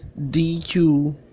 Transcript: DQ